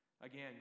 again